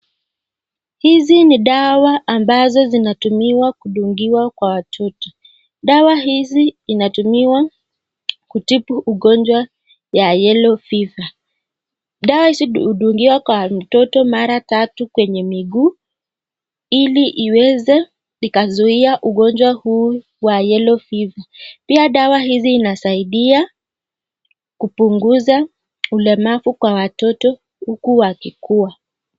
Hizi ni dawa ambazo zinatumiwa kudungiwa kwa watoto. Dawa hizi zinatumiwa kutibu ugonjwa ya yellow fever . Dawa hizi hudungiwa kwa mtoto mara tatu kwenye miguu ili iweze ikazuia ugonjwa huu wa yellow fever . Pia dawa hizi inasaidia kupunguza ulemavu kwa watoto huku wakikuwa.